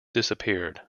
disappeared